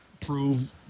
prove